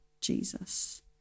Jesus